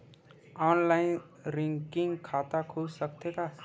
Online recurring खाता खुल सकथे का?